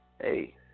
hey